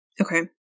Okay